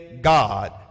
God